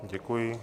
Děkuji.